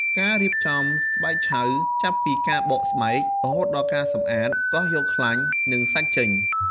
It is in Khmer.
ការរៀបចំស្បែកឆៅ ចាប់ពីការបកស្បែក រហូតដល់ការសម្អាត កោសយកខ្លាញ់ និងសាច់ចេញ។